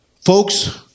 Folks